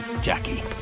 Jackie